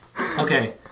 Okay